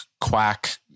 quack